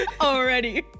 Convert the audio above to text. already